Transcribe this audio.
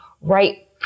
right